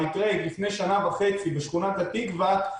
המקרה לפני שנה וחצי בשכונת התקווה,